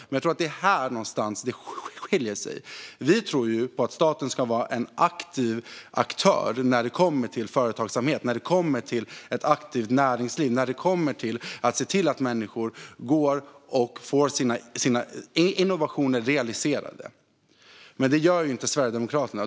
Men jag tror att det är här någonstans som vi skiljer oss åt. Vi tror att staten ska vara en aktiv aktör när det kommer till företagsamhet, när det kommer till ett aktivt näringsliv och när det kommer till att se till att människor får sina innovationer realiserade. Men det gör inte Sverigedemokraterna.